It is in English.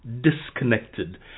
disconnected